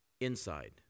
Inside